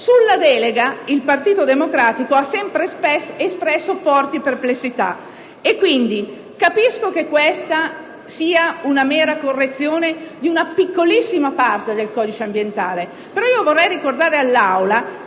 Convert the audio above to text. su di essa il Partito Democratico ha sempre espresso forti perplessità. Capisco che questa sia una mera correzione di una piccolissima parte del codice ambientale, ma vorrei ricordare all'Aula che